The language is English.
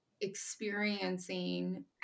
experiencing